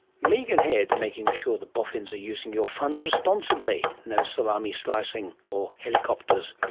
megan head, making sure the boffins are using your funds responsibly. no salami slicing, or helicopters.